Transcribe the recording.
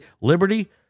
Liberty